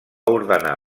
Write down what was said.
ordenar